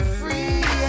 free